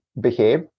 behave